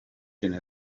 gen